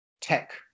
tech